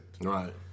right